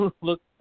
look